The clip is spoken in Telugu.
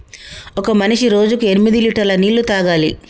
ఒక మనిషి రోజుకి ఎనిమిది లీటర్ల నీళ్లు తాగాలి